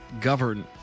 govern